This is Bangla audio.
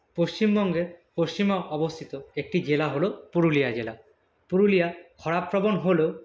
পশ্চিমবঙ্গের পশ্চিমে অবস্থিত একটি জেলা হল পুরুলিয়া জেলা পুরুলিয়া খরাপ্রবণ হলেও